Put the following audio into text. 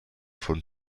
von